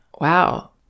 wow